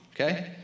okay